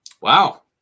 Wow